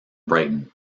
brighton